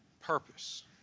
purpose